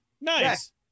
Nice